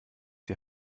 die